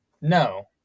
no